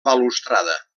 balustrada